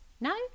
No